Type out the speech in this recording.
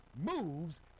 moves